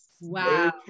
Wow